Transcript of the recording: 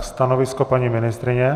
Stanovisko paní ministryně?